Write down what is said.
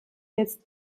jetzt